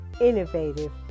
innovative